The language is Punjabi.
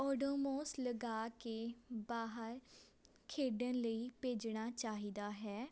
ਓਡੋਮੋਸ ਲਗਾ ਕੇ ਬਾਹਰ ਖੇਡਣ ਲਈ ਭੇਜਣਾ ਚਾਹੀਦਾ ਹੈ